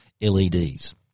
LEDs